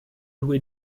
due